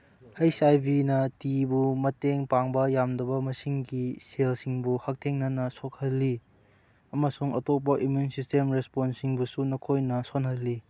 ꯑꯩꯁ ꯑꯥꯏ ꯚꯤꯅ ꯇꯤꯕꯨ ꯃꯇꯦꯡ ꯄꯥꯡꯕ ꯌꯥꯝꯗꯕ ꯃꯁꯤꯡꯒꯤ ꯁꯦꯜꯁꯤꯡꯕꯨ ꯍꯛꯊꯦꯡꯅꯅ ꯁꯣꯛꯍꯜꯂꯤ ꯑꯃꯁꯨꯡ ꯑꯇꯣꯞꯄ ꯏꯃ꯭ꯌꯨꯏꯟ ꯁꯤꯁꯇꯦꯝ ꯔꯦꯁꯄꯣꯟꯁꯤꯡꯕꯨꯁꯨ ꯃꯈꯣꯏꯅ ꯁꯣꯜꯍꯜꯂꯤ